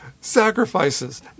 sacrifices